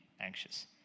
anxious